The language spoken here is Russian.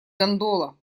гондола